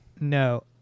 No